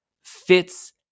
fits